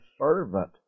servant